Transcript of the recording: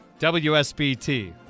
WSBT